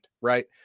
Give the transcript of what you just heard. Right